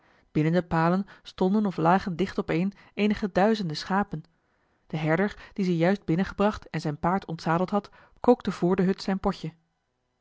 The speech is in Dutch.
binnen de palen stonden of lagen dicht opeen eenige duizenden schapen de herder die ze juist binnen gebracht en zijn paard ontzadeld had kookte vr de hut zijn potje